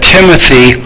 Timothy